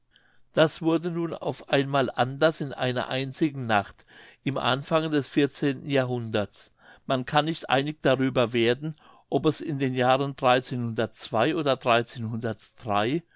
das wurde nun auf einmal anders in einer einzigen nacht im anfange des vierzehnten jahrhunderts man kann nicht einig darüber werden ob es in den jahren oder